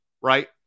right